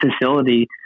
facility